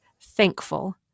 Thankful